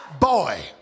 boy